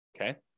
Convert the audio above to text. okay